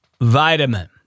vitamin